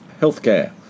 healthcare